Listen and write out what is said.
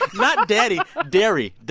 but not daddy derry.